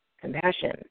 compassion